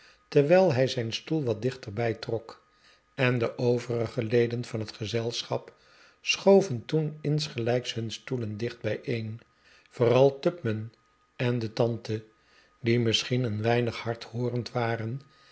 terwijl hij zijn stoel wat dichterbij trok en de overige leden van het gezelschap schoven toen insgelijks hun stoelen dicht bij een vooral tupman en de tante die misschien een weinig hardhoorend waren